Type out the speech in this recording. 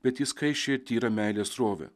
bet į skaisčią ir tyrą meilės srovę